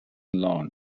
long